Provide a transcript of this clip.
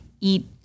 eat